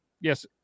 Yes